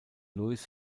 louis